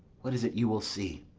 what is it you will see?